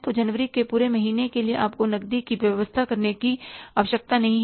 तो जनवरी के पूरे महीने के लिए आपको नकदी की व्यवस्था करने की आवश्यकता नहीं है